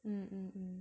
mm mm mm